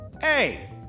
Hey